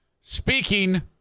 Speaking